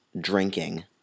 drinking